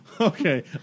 okay